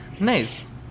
Nice